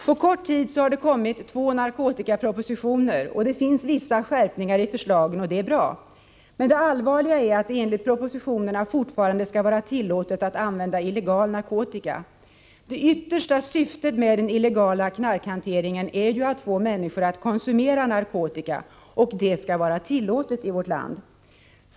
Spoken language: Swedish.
På kort tid har det kommit två narkotikapropositioner. Det finns vissa skärpningar i förslagen, och det är bra. Men det allvarliga är att det enligt propositionerna fortfarande skall vara tillåtet att använda illegal narkotika. Det yttersta syftet med den illegala knarkhanteringen är ju att få människor att konsumera narkotika. Och det skall vara tillåtet i vårt land!